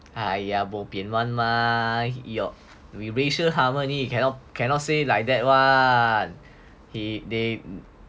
!aiya! bo bian [one] mah we racial harmony you cannot cannot say like that [one] he they